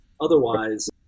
Otherwise